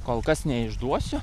kol kas neišduosiu